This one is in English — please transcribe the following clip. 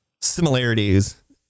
similarities